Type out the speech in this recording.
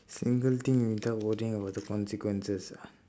single thing without worrying about the consequences ah